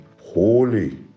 Holy